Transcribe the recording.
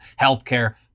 healthcare